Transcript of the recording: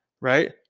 Right